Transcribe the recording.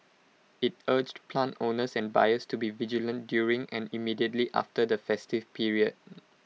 IT urged plant owners and buyers to be vigilant during and immediately after the festive period